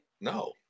No